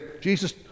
Jesus